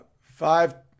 Five